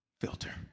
filter